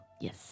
Yes